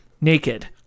naked